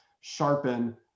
sharpen